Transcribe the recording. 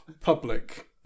public